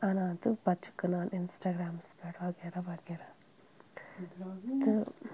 اَنان تہٕ پَتہٕ چھِ کٕنان اِنَسٹاگرٛامَس پٮ۪ٹھ وغیرہ وغیرہ تہٕ